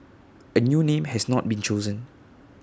A new name has not been chosen